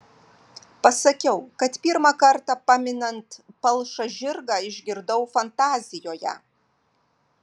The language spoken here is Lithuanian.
pasakiau kad pirmą kartą paminint palšą žirgą išgirdau fantazijoje